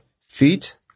feet